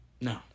No